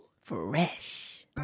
Fresh